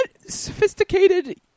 Sophisticated